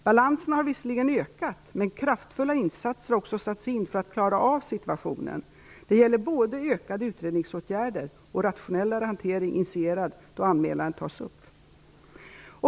Balanserna har visserligen ökat, men kraftfulla insatser har också satts in för att klara av situationen. Det gäller både ökade utredningsåtgärder och rationellare hantering, initierad då anmälan tas upp.